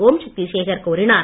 ஒம்சக்தி சேகர் கூறினார்